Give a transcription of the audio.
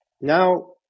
Now